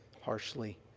harshly